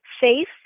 Faith